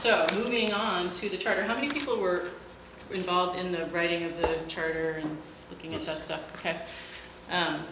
so moving on to the charter how many people were involved in the writing of the charter looking at